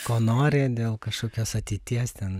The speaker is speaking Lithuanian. ko nori dėl kažkokios ateities ten